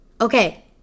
Okay